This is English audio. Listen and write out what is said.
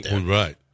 Right